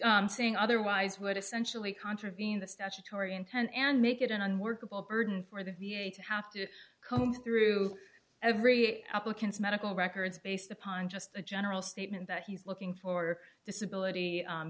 saying otherwise would essentially contravene the statutory intent and make it an unworkable burden for the v a to have to come through every applicant's medical records based upon just a general statement that he's looking for disability